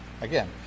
Again